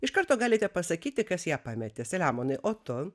iš karto galite pasakyti kas ją pametė selemonai o tu